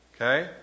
Okay